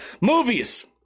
Movies